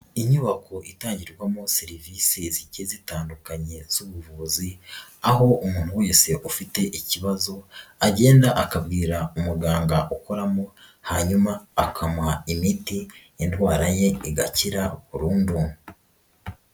Inyubako itangirwamo serivisi zigiye zitandukanye z'ubuvuzi aho umuntu wese ufite ikibazo agenda akabwira umuganga ukoramo hanyuma akamuha imiti indwara ye igakira burundu.